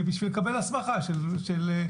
בשביל לקבל הסמכה של בוחן.